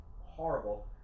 horrible